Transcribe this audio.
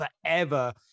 forever